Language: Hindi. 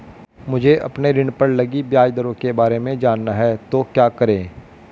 मुझे अपने ऋण पर लगी ब्याज दरों के बारे में जानना है तो क्या करें?